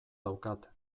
daukat